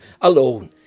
alone